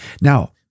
Now